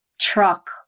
truck